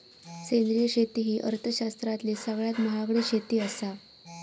सेंद्रिय शेती ही अर्थशास्त्रातली सगळ्यात महागडी शेती आसा